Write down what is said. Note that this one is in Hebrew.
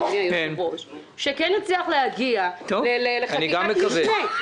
אדוני היושב-ראש שכן נצליח להגיע לחקיקת משנה,